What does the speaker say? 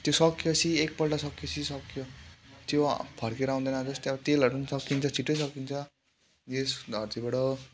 त्यो सक्यो पछि एकपल्ट सक्यो पछि सक्यो त्यो फर्केर आउँदेन जस्तै अब तेलहरू पनि सकिन्छ छिट्टै सकिन्छ यस धर्तीबाट